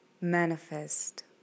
manifest